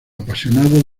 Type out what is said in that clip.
apasionado